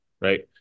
right